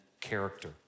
character